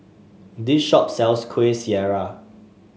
this shop sells Kueh Syara